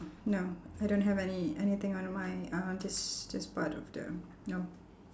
no I don't have any anything on my uh this this part of the no